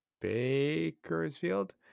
Bakersfield